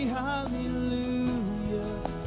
hallelujah